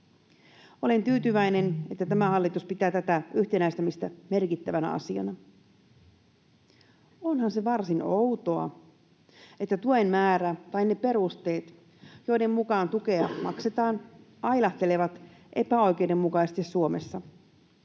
Olen tyytyväinen, että tämä hallitus pitää tätä yhtenäistämistä merkittävänä asiana. Onhan se varsin outoa, että tuen määrä tai ne perusteet, joiden mukaan tukea maksetaan, ailahtelevat epäoikeudenmukaisesti Suomessa.